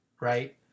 right